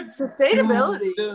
sustainability